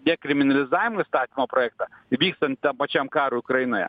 dekriminalizavimo įstatymo projektą vykstant tam pačiam karui ukrainoje